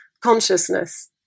consciousness